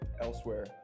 elsewhere